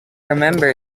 remember